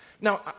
Now